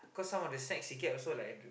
cause some of the snacks he get also like